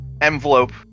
envelope